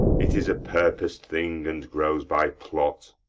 it is a purpos'd thing, and grows by plot,